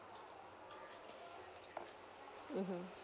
mmhmm